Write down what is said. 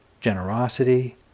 generosity